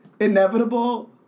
inevitable